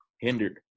hindered